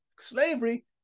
slavery